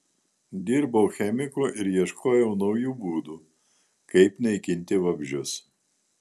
dirbau chemiku ir ieškojau naujų būdų kaip naikinti vabzdžius